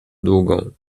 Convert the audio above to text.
długą